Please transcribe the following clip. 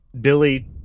Billy